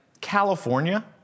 California